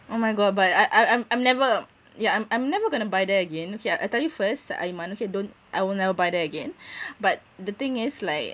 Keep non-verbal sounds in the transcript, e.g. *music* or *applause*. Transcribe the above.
oh my god but I I I'm I'm never yeah I'm I'm never gonna buy there again okay ah I tell you first I'm honestly don't I will never buy there again *breath* but the thing is like